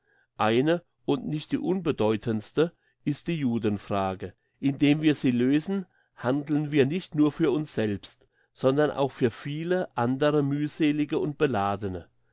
eine und nicht die unbedeutendste ist die judenfrage indem wir sie lösen handeln wir nicht nur für uns selbst sondern auch für viele andere mühselige und beladene